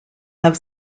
have